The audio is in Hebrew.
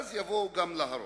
ואז יבואו גם להרוס.